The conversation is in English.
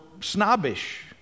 snobbish